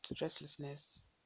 restlessness